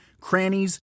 crannies